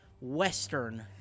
western